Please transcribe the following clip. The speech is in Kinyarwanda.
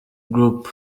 group